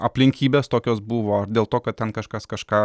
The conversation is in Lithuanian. aplinkybės tokios buvo ar dėl to kad ten kažkas kažką